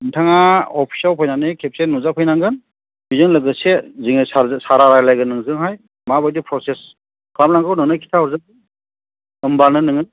नोंथाङा अफिसाव फैनानै खेबसे नुजाफैनांगोन बेजों लोगोसे जोंनि सारआ रायज्लायगोन नोंजोंहाय माबायदि फ्रसेस खालामनांगौ होननानै खिथाहरगोन होनबानो नोङो